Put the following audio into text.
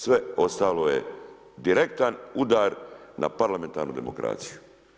Sve ostalo je direktan udar na parlamentarnu demokraciju.